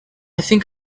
think